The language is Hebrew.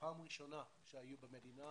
ופעם ראשונה שהיו במדינה